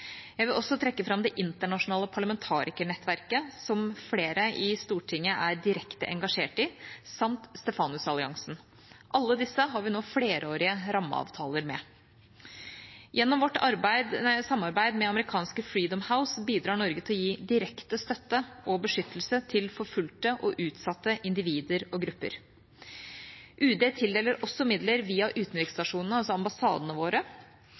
Jeg vil også trekke fram det internasjonale parlamentarikernettverket, som flere i Stortinget er direkte engasjert i, samt Stefanusalliansen. Alle disse har vi nå flerårige rammeavtaler med. Gjennom vårt samarbeid med amerikanske Freedom House bidrar Norge til å gi direkte støtte og beskyttelse til forfulgte og utsatte individer og grupper. UD tildeler også midler via utenriksstasjonene, altså ambassadene våre,